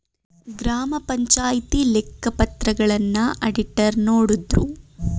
ಗ್ರಾಮ ಪಂಚಾಯಿತಿ ಲೆಕ್ಕ ಪತ್ರಗಳನ್ನ ಅಡಿಟರ್ ನೋಡುದ್ರು